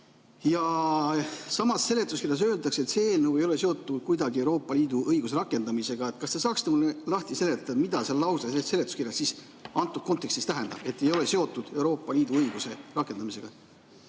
Ja samas seletuskirjas öeldakse, et see eelnõu ei ole kuidagi seotud Euroopa Liidu õiguse rakendamisega. Kas te saaksite mulle lahti seletada, mida see lause seletuskirjas antud kontekstis tähendab, et ei ole seotud Euroopa Liidu õiguse rakendamisega?